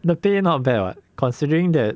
the pay not bad [what] considering that